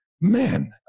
Man